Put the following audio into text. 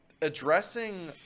addressing